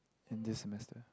in this semester